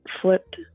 flipped